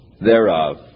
thereof